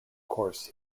course